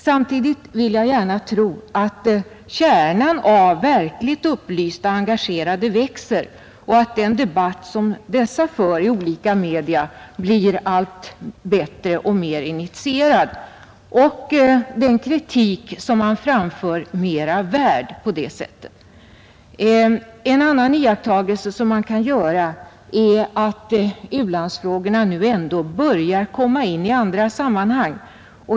Samtidigt vill jag gärna tro att kärnan av verkligt upplysta engagerade växer och att den debatt som dessa för i olika media blir allt bättre och mer initierad och den kritik som de framför på det sättet mera värd. En annan iakttagelse som man kan göra är att u-landsfrågorna nu ändå börjar komma in i andra sammanhang.